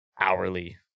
hourly